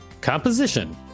Composition